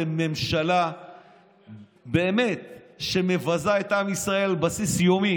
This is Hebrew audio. אתם ממשלה שמבזה את עם ישראל על בסיס יומי,